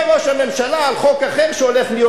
אומר ראש הממשלה על חוק אחר שהולך להיות